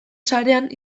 sarean